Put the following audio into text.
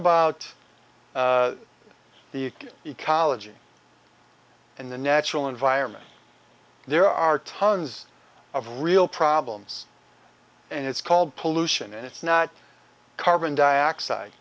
about the ecology and the natural environment there are tons of real problems and it's called pollution and it's not carbon dioxide